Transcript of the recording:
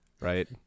right